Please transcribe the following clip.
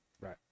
right